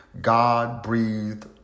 God-breathed